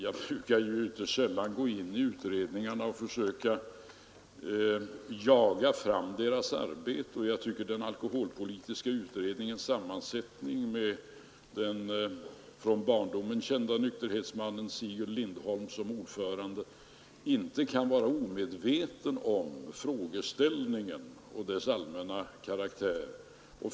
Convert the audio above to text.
Jag brukar ytterst sällan gå in i utredningar och försöka jaga fram deras arbete, och jag tycker att den alkoholpolitiska utredningens sammansättning med den från barndomen kände nykterhetsmannen Sigurd Lindholm som ordförande inte kan vara omedveten om frågeställningen och dess allmänna karaktär.